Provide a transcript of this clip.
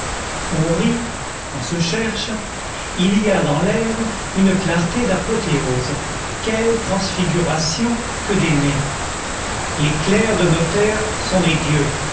on rit on se cherche il y a dans l'air une clarté d'apothéose quelle transfiguration que d'aimer les clercs de notaire sont des dieux